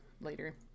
later